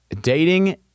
dating